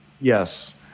Yes